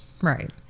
Right